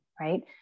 right